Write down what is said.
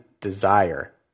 desire